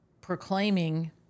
proclaiming